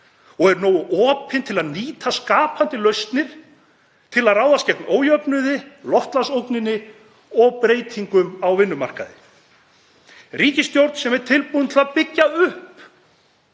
og er nógu opin til að nýta skapandi lausnir til að ráðast gegn ójöfnuði, loftslagsógninni og breytingum á vinnumarkaði, ríkisstjórn sem er tilbúin til að byggja upp,